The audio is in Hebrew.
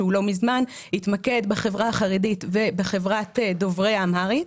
התמקד בחברה החרדית ובחברת דוברי האמהרית.